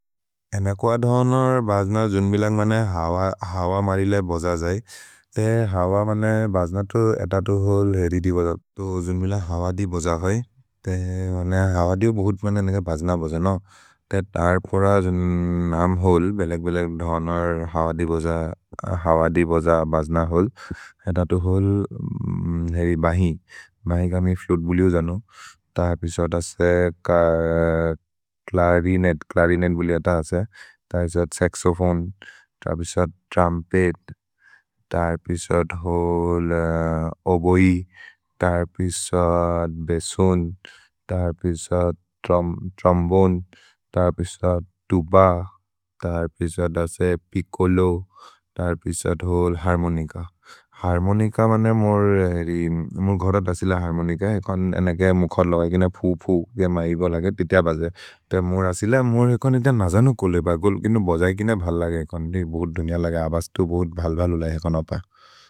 अनकुअ धनर् भज्न जुन्मिल मने हव मरिले भज जै। ते हव मने भज्न तो एततु होल् हेरि दि भज। जुन्मिल हव दि भज है। हव दि बोहुत् भज्न भज न। ते अर्फोर जुन् नाम् होल्, बेलेक्-बेलेक् धनर् हव दि भज भज्न होल्। एततु होल् हेरि बहि। भहि क मि फ्लुत् बुलिओ जनो। ते अर्फिसात् असे च्लरिनेत्, च्लरिनेत् बुलिओ त असे। ते अर्फिसात् सक्सोफोने। ते अर्फिसात् त्रुम्पेत्। ते अर्फिसात् होल् ओबोए। ते अर्फिसात् बस्सून्। ते अर्फिसात् त्रोम्बोने। ते अर्फिसात् तुब। ते अर्फिसात् असे पिच्चोलो। ते अर्फिसात् होल् हर्मोनिच। हर्मोनिच मने मोर् हेरि, मोर् घोरत सिल हर्मोनिच।